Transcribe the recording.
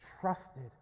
trusted